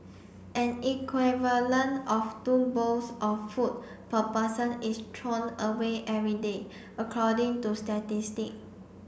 an equivalent of two bowls of food per person is thrown away every day according to statistic